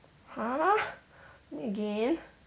!huh! me again